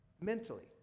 mentally